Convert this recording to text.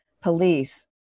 police